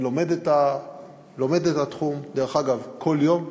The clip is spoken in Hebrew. אני לומד את התחום, דרך אגב, כל יום.